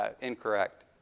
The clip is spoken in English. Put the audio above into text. incorrect